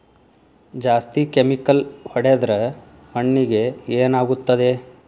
ಜಾಸ್ತಿ ಕೆಮಿಕಲ್ ಹೊಡೆದ್ರ ಮಣ್ಣಿಗೆ ಏನಾಗುತ್ತದೆ?